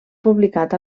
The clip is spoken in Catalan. publicat